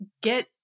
get